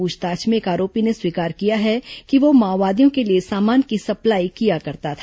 पूछताछ में एक आरोपी ने स्वीकार किया है कि वह माओवादियों के लिए सामान की सप्लाई किया करता था